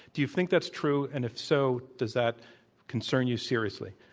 do you think that's true and if so does that concern you seriously?